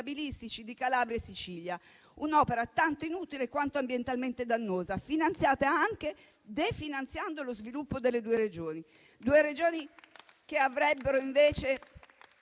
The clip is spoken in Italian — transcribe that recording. di Calabria e Sicilia; un'opera tanto inutile quanto ambientalmente dannosa, finanziata anche definanziando lo sviluppo delle due Regioni. Due Regioni che avrebbero invece